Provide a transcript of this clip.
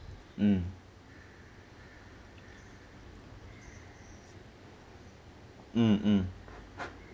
mm mm mm